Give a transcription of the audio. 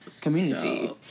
community